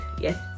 yes